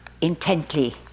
intently